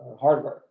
hardware